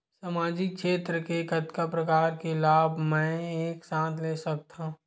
सामाजिक क्षेत्र के कतका प्रकार के लाभ मै एक साथ ले सकथव?